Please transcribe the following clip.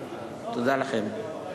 תודה לכם.